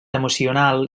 emocional